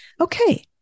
Okay